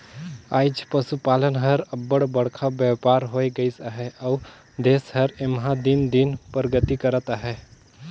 आएज पसुपालन हर अब्बड़ बड़खा बयपार होए गइस अहे अउ देस हर एम्हां दिन दिन परगति करत अहे